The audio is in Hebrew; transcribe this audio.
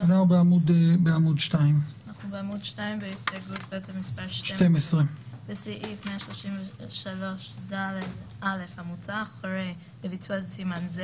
בעמוד 2. 12. בסעיף 133ד(א) המוצע אחרי המילים "לביצוע סימן זה"